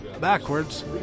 backwards